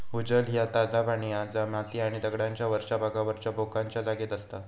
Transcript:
भूजल ह्या ताजा पाणी हा जा माती आणि दगडांच्या वरच्या भागावरच्या भोकांच्या जागेत असता